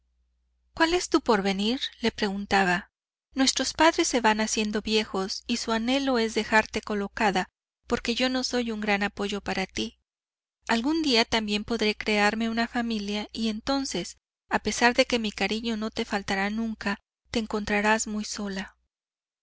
cuál es tu porvenir le preguntaba nuestros padres se van haciendo viejos y su anhelo es dejarte colocada porque yo no soy un gran apoyo para ti algún día también podré crearme una familia y entonces a pesar de que mi cariño no te faltará nunca te encontrarás muy sola